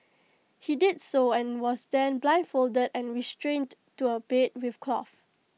he did so and was then blindfolded and restrained to A bed with cloth